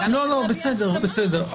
בסדר.